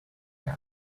him